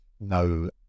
no